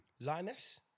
Linus